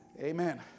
Amen